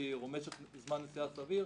משך זמן נסיעה סביר